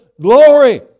glory